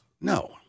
No